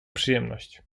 przyjemność